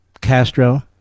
Castro